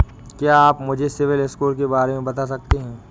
क्या आप मुझे सिबिल स्कोर के बारे में बता सकते हैं?